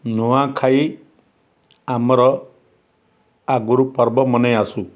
ନୂଆଖାଇ ଆମର ଆଗରୁ ପର୍ବ ମନେ ଆସୁଛି